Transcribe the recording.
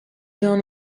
down